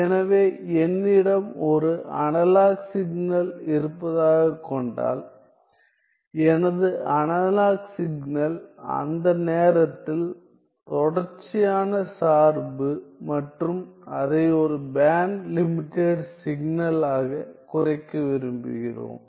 எனவே என்னிடம் ஒரு அனலாக் சிக்னல் இருப்பதாக கொண்டால் எனது அனலாக் சிக்னல் அந்த நேரத்தில் தொடர்ச்சியான சார்பு மற்றும் அதை ஒரு பேண்ட் லிமிடெட் சிக்னல் ஆகக் குறைக்க விரும்புகிறோம்